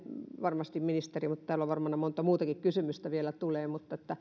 varmasti ministeri vastaa vaikka täällä tulee varmana vielä monta muutakin kysymystä mutta